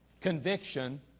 conviction